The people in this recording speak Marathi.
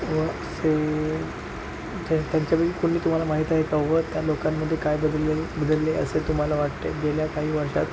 व सो त्यांच्यापैकी कोणी तुम्हाला माहीत आहे का व त्या लोकांमध्ये काय बदलले बदलले असे तुम्हला वाटते गेल्या काही वर्षात